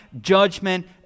judgment